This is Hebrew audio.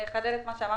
אני אחדד את מה שאמרתי.